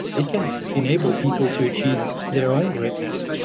it can enable people to achieve their own greatness.